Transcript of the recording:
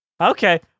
okay